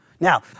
Now